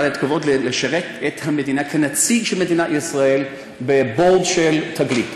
היה לי הכבוד לשרת את המדינה כנציג של מדינת ישראל ב-Board של תגלית.